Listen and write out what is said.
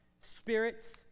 spirits